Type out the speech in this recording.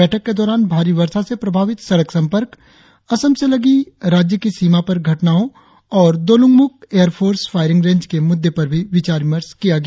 बैठक के दौरान भारी वर्षा से प्रभावित सड़क संपर्क असम से लगी राज्य की सीमा पर घटनाओं और Dolungmukh air force firing range के मुद्दे पर भी विचार विमर्श किया गया